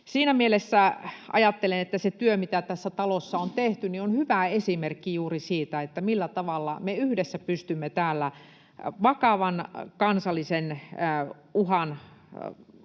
Siinä mielessä ajattelen, että se työ, mitä tässä talossa on tehty, on hyvä esimerkki juuri siitä, millä tavalla me yhdessä pystymme täällä vakavan kansallisen uhan